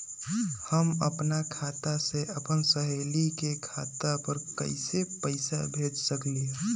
हम अपना खाता से अपन सहेली के खाता पर कइसे पैसा भेज सकली ह?